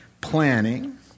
planning